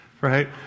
Right